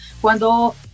cuando